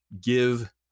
give